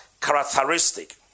characteristic